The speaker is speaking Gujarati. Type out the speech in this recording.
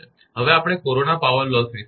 હવે આપણે કોરોના પાવર લોસ વિશે જોઇશું